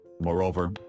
Moreover